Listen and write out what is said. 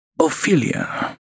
Ophelia